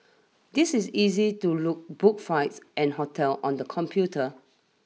this is easy to look book flights and hotel on the computer